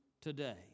today